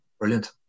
brilliant